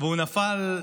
והוא נפל,